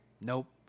nope